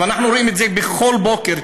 ואנחנו רואים את זה בכל בוקר,